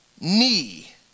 knee